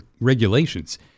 regulations